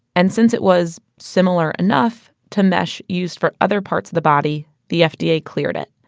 and since it was similar enough to mesh used for other parts of the body, the fda cleared it.